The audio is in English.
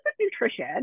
nutrition